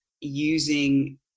using